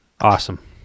awesome